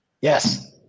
Yes